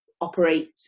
operate